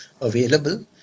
available